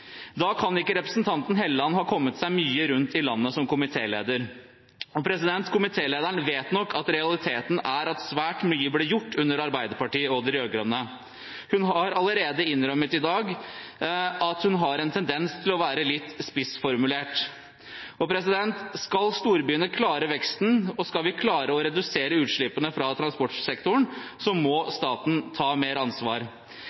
Da kan ikke representanten Hofstad Helleland ha kommet seg mye rundt i landet som komitéleder. Komitélederen vet nok at realiteten er at svært mye ble gjort under Arbeiderpartiet og de rød-grønne. Hun har allerede innrømmet i dag at hun har en tendens til å være litt spissformulert. Skal storbyene klare veksten, og skal vi klare å redusere utslippene fra transportsektoren, må staten ta mer ansvar.